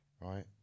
right